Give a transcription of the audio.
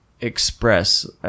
express